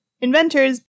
inventors